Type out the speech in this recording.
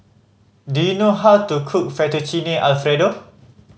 do you know how to cook Fettuccine Alfredo